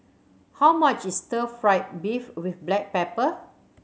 how much is stir fried beef with black pepper